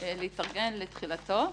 להתארגן לתחילתו.